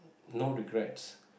no regrets